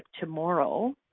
tomorrow